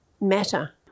matter